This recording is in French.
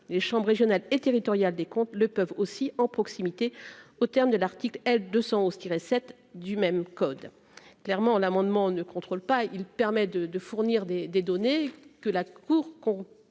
les chambres régionales et territoriales des comptes le peuvent aussi, en proximité au terme de l'article L 211 va 7 du même code clairement l'amendement ne contrôle pas, il permet de de fournir des des données que la Cour qu'on